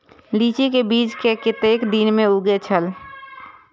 लीची के बीज कै कतेक दिन में उगे छल?